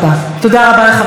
חברת הכנסת סתיו שפיר,